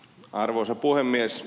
arvoisa puhemies